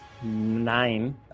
nine